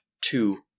two